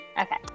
Okay